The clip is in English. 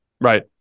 right